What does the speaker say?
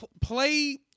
play